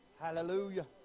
Hallelujah